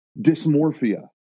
dysmorphia